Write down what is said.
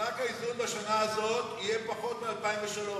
מענק האיזון בשנה הזאת יהיה פחות מב-2003,